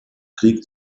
krieg